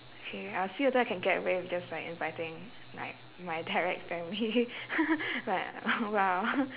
K I'll see whether I can get away with just like inviting like my direct family but !wow!